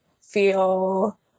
feel